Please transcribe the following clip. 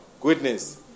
goodness